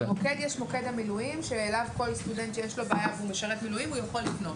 מוקד המילואים שאליו כל סטודנט שיש לו בעיה ומשרת במילואים יכול לפנות.